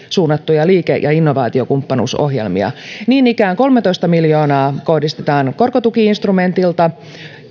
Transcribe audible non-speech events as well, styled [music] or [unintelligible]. [unintelligible] suunnattuja liike ja innovaatiokumppanuusohjelmia niin ikään kolmetoista miljoonaa kohdistetaan korkotuki instrumentilta